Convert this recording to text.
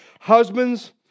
Husbands